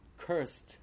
Cursed